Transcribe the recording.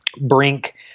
Brink